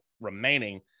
remaining